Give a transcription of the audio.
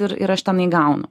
ir ir aš tenai gaunu